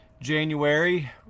January